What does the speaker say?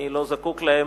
אני לא זקוק להם.